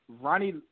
Ronnie